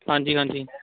ਹਾਂਜੀ ਹਾਂਜੀ